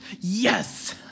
Yes